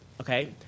Okay